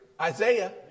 Isaiah